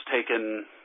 taken